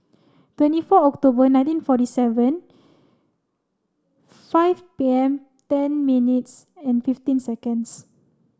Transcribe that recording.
twenty four October nineteen forty seven five P M ten minutes and fifteen seconds